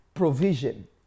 Provision